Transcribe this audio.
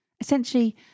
Essentially